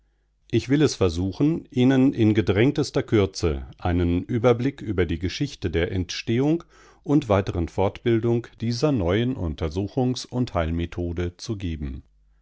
ich will es versuchen ihnen in gedrängtester kürze einen überblick über die geschichte der entstehung und weiteren fortbildung dieser neuen untersuchungs und heilmethode zu geben